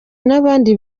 n’abandi